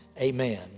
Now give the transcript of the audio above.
Amen